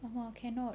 ya cannot